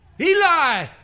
Eli